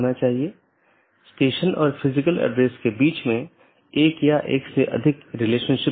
यहाँ N1 R1 AS1 N2 R2 AS2 एक मार्ग है इत्यादि